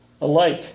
alike